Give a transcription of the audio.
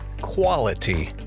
quality